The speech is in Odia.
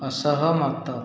ଅସହମତ